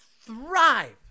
thrive